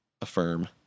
affirm